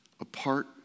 apart